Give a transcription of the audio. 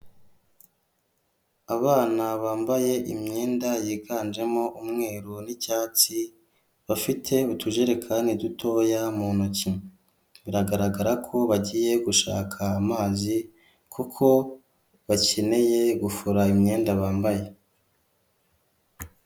Abana bambaye imyenda yiganjemo umweru n'icyatsi, bafite utujerekani dutoya mu ntoki. Biragaragara ko bagiye gushaka amazi, kuko bakeneye gufura imyenda bambaye.